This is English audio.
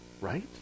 Right